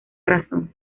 razón